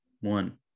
one